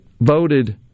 voted